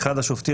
אחד השופטים,